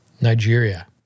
Nigeria